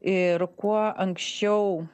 ir kuo anksčiau